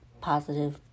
positive